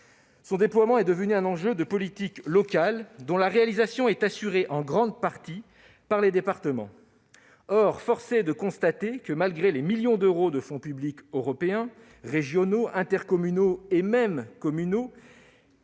Son déploiement est devenu un enjeu de politique locale ; la réalisation est assurée en grande partie par les départements. Or, force est de le constater, malgré les millions d'euros de fonds publics européens, régionaux, intercommunaux et même communaux